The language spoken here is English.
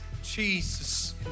Jesus